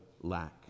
lack